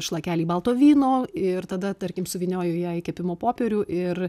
šlakelį balto vyno ir tada tarkim suvynioju ją į kepimo popierių ir